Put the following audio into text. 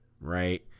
Right